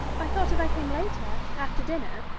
i thought if i came later, after dinner.